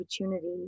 opportunity